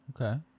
Okay